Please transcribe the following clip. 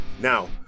Now